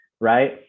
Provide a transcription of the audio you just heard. right